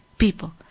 people